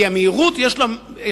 כי המהירות יש לה מסר.